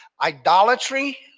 idolatry